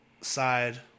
side